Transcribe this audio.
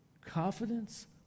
confidence